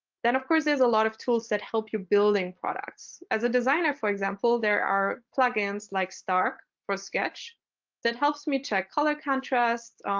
then of course there's a lot of tools that help you building products. as a designer, for example, there are plugins like stark for sketch that helps me check color contrasts,